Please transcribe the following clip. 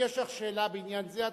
אם יש לך שאלה בעניין זה,